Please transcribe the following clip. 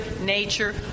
nature